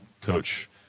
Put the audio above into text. Coach